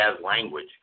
language